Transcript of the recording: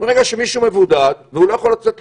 ברגע שמישהו מבודד ולא יכול לצאת לקנות,